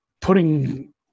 putting